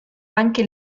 anche